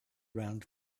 round